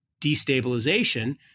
destabilization